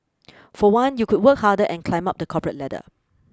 for one you could work harder and climb up the corporate ladder